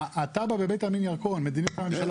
התב"ע בבית העלמין ירקון מדיניות הממשלה